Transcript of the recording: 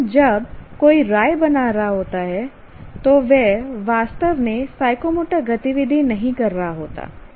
लेकिन जब कोई राय बना रहा होता है तो वह वास्तव में साइकोमोटर गतिविधि नहीं कर रहा होता है